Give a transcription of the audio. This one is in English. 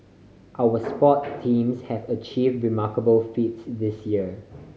our sport teams have achieve remarkable feats this year